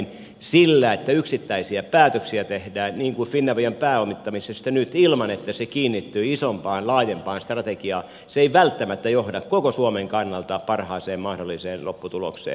se että yksittäisiä päätöksiä tehdään niin kuin finavian pääomittamisesta nyt ilman että se kiinnittyy isompaan laajempaan strategiaan ei välttämättä johda koko suomen kannalta parhaaseen mahdolliseen lopputulokseen